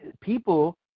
people